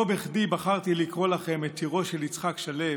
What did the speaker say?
לא בכדי בחרתי לקרוא לכם את שירו של יצחק שלו,